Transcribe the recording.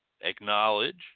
acknowledge